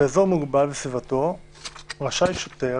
"באזור מוגבל וסביבתו רשאי שוטר,